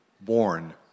born